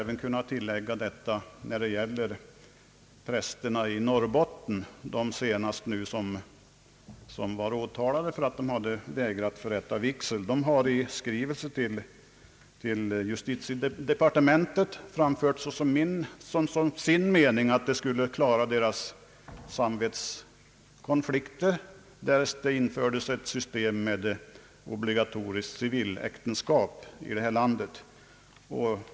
Vad gäller de präster i Norrbotten, som har åtalats för att de har vägrat förrätta vigsel, skulle jag vilja tillägga att de i skrivelse till justitiedepartementet har framfört som sin mening att det skulle lösa deras samvetskonflik ter därest ett system med obligatoriskt civiläktenskap infördes i vårt land.